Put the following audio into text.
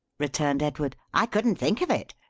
returned edward. i couldn't think of it.